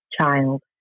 child